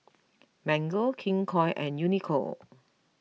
Mango King Koil and Uniqlo